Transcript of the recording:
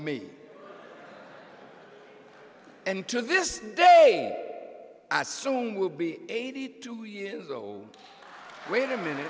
me and to this day i soon will be eighty two years old wait a minute